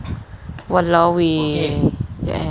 !walao! eh jap eh